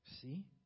See